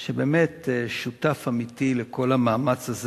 שהוא באמת שותף אמיתי בכל המאמץ הזה